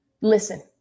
listen